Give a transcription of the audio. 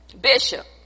Bishop